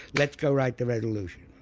let's go write the resolution.